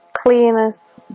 Clearness